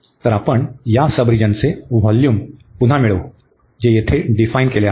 तर आपण या सबरिजनचे व्होल्यूम पुन्हा मिळवू जे येथे डिफाईन केले आहे